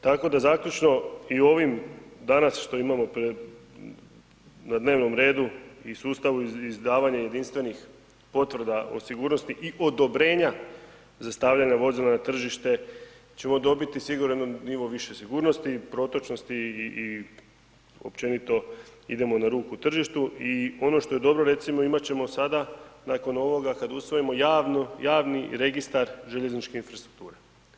Tako da zaključno i u ovim danas što imamo na dnevnom redu i sustavu izdavanja jedinstvenih potvrda o sigurnosti i odobrenja za stavljanje vozila na tržište ćemo dobiti sigurno jedan nivo više sigurnosti i protočnosti i općenito idemo na ruku tržištu i ono što je dobro recimo, imat ćemo sada nakon ovoga kad usvojimo, javni registar željezničke infrastrukture.